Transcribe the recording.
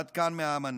עד כאן מהאמנה.